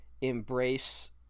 embrace